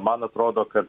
man atrodo kad